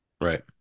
Right